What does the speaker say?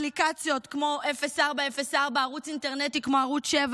אפליקציות כמו 0404, ערוץ אינטרנטי כמו ערוץ 7,